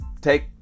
take